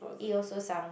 it also sunk